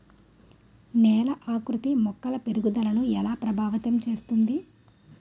నేల ఆకృతి మొక్కల పెరుగుదలను ఎలా ప్రభావితం చేస్తుంది?